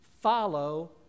Follow